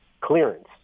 clearance